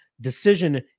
decision